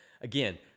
again